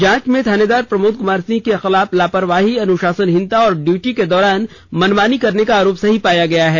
जांच में थानेदार प्रमोद कुमार सिंह के खिलाफ लापरवाही अनुशासनहीनता और ड्यूटी के दौरान मनमानी करने का आरोप सही पाया गया है